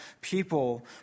people